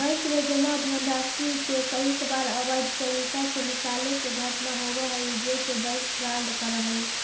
bank में जमा धनराशि के कईक बार अवैध तरीका से निकाले के घटना होवऽ हइ जेसे बैंक फ्रॉड करऽ हइ